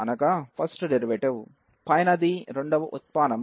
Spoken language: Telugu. పైనది రెండవ ఉత్పానం యొక్క సూత్రం